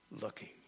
looking